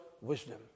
wisdom